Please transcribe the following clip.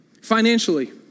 Financially